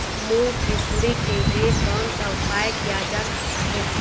मूंग की सुंडी के लिए कौन सा उपाय किया जा सकता है?